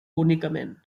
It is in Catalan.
únicament